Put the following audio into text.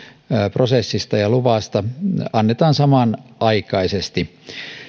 prosessista ja luvasta annetaan samanaikaisesti